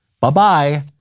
Bye-bye